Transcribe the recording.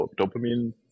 dopamine